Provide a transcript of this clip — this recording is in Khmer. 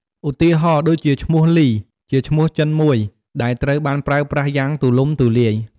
ឧទាហរណ៍ដូចជា ឈ្មោះលី ជាឈ្នោះចិនមួយ ដែលត្រូវបានប្រើប្រាស់យ៉ាងទូលំទូលាយ។